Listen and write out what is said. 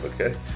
Okay